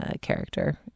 character